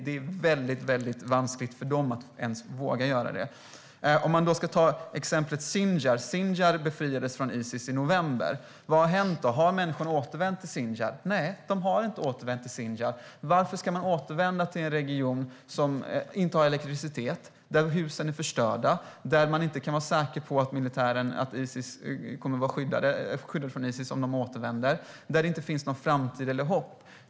Det vore väldigt vanskligt för dem att ens våga göra det. Sinjar befriades från Isis i november. Vad har då hänt? Har människor återvänt till Sinjar? Nej, det har de inte gjort. Varför ska man återvända till en region som inte har elektricitet, där husen är förstörda, där man inte kan vara säker på att vara skyddad från Isis om man återvänder, där det inte finns någon framtid eller något hopp?